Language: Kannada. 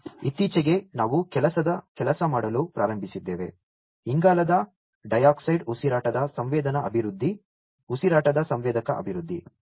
ಮತ್ತು ಇತ್ತೀಚೆಗೆ ನಾವು ಕೆಲಸ ಮಾಡಲು ಪ್ರಾರಂಭಿಸಿದ್ದೇವೆ ಇಂಗಾಲದ ಡೈಆಕ್ಸೈಡ್ ಉಸಿರಾಟದ ಸಂವೇದನಾ ಅಭಿವೃದ್ಧಿ ಉಸಿರಾಟದ ಸಂವೇದಕ ಅಭಿವೃದ್ಧಿ